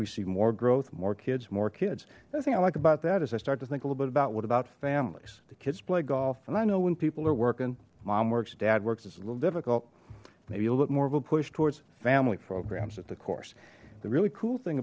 we see more growth more kids more kids another thing i like about that as i start to think a little bit about what about families the kids play golf and i know when people are working mom works dad works it's a little difficult maybe a little bit more of a push towards family programs at the course the really cool thing